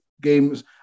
games